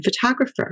photographer